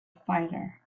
fighter